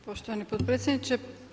Poštovani potpredsjedniče.